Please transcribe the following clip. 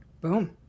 Boom